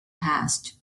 passed